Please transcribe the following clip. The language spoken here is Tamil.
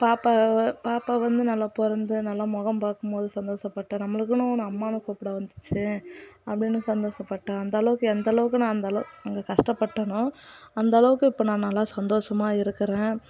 பாப்பாவை பாப்பா வந்து நல்ல பிறந்து நல்லா முகம் பார்க்கும்போது சந்தோஷப்பட்டேன் நம்மளுக்குனு ஒன்று அம்மானு கூப்பிட வந்துடுச்சு அப்படினு சந்தோஷப்பட்டேன் அந்தளவுக்கு எந்தளவுக்கு நான் அங்கே கஷ்டப்பட்டனோ அந்த அளவுக்கு இப்போ நான் நல்லா சந்தோஷமாக இருக்கிறேன்